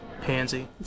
Pansy